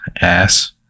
ass